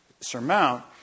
surmount